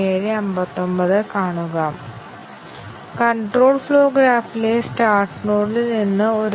അതിനാൽ ഈ കേസിൽ ഒന്നിലധികം കണ്ടീഷൻ കവറേജ് നേടാൻ കഴിയില്ല